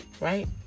right